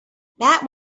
that